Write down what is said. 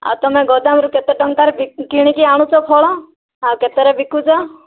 ଆଉ ତମେ ଗୋଦାମରୁ କେତେ ଟଙ୍କାରେ କିଣିକି ଆଣୁଛ ଫଳ ଆଉ କେତେରେ ବିକୁଛ